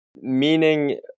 Meaning